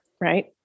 right